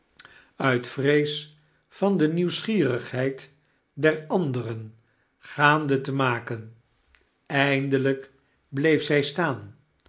uit vrees van de nieuwsgierigheid der anderen gaande te maken eindeiijk bleef zy staan